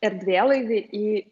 erdvėlaivį į